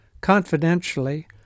Confidentially